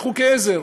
עזר.